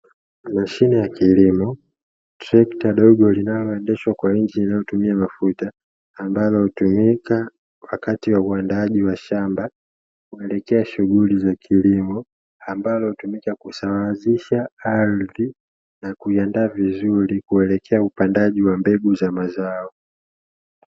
Mashine ya kielimu, trekta dogo linaloendeshwa kwa injini inayotumia mafuta, ambalo hutumika wakati wa uandaaji wa shamba kuelekea shughuli za kilimo, ambalo hutumika kusawazisha ardhi na kuiandaa vizuri kuelekea upandaji wa mbegu za mazao.